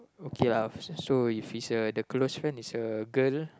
okay ah just show if uh the close friend is a girl